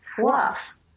fluff